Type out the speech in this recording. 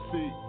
See